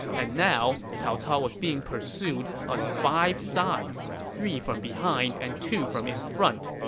and now, cao cao was being pursued on five sides, three from behind and two from in front.